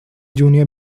junior